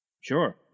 Sure